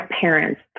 parents